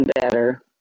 better